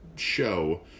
show